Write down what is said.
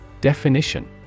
Definition